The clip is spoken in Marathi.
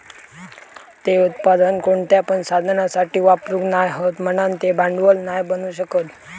ते उत्पादन कोणत्या पण साधनासाठी वापरूक नाय हत म्हणान ते भांडवल नाय बनू शकत